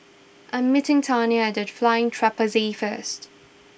I'm meeting Tiana at the Flying Trapeze first